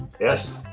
Yes